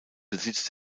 besitz